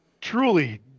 truly